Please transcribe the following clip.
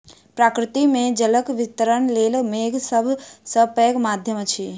प्रकृति मे जलक वितरणक लेल मेघ सभ सॅ पैघ माध्यम अछि